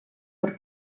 per